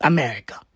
America